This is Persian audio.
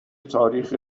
تاریخ